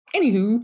Anywho